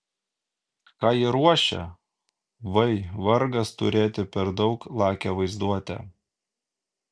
ką jie ruošia vai vargas turėti per daug lakią vaizduotę